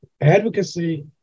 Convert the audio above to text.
Advocacy